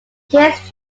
case